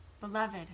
Beloved